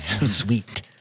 sweet